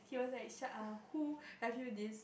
he was like shark [ah]who have you this